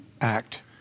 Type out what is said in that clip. Act